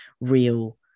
real